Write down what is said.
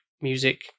music